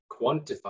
quantify